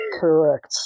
Correct